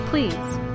Please